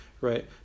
right